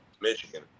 Michigan